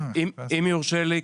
אם יורשה לי,